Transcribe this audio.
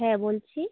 হ্যাঁ বলছি